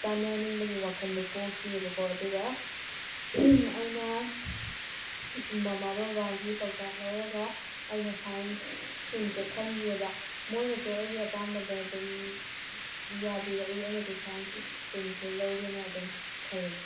ꯇꯥꯅꯅꯤꯡꯕꯒꯤ ꯋꯥꯈꯜꯗꯨ ꯄꯣꯛꯈꯤꯌꯦꯕꯀꯣ ꯑꯗꯨꯒ ꯑꯩꯅ ꯃꯃꯥ ꯕꯕꯥꯒꯤ ꯄꯥꯎꯇꯥꯛ ꯂꯧꯔꯒ ꯑꯩꯅ ꯁꯥꯏꯟꯁ ꯏꯁꯇ꯭ꯔꯤꯝꯁꯦ ꯈꯟꯈꯤꯌꯦꯕ ꯃꯣꯏꯅꯁꯨ ꯑꯩꯒꯤ ꯑꯄꯥꯝꯕꯗꯣ ꯑꯗꯨꯝ ꯌꯥꯕꯤꯔꯛꯏ ꯑꯩꯅꯁꯨ ꯁꯥꯏꯟꯁ ꯏꯁꯇ꯭ꯔꯤꯝꯁꯤ ꯂꯧꯒꯦꯅ ꯑꯗꯨꯝ ꯈꯜꯂꯤ